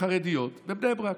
לחרדיות בבני ברק.